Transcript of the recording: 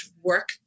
work